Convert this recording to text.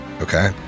Okay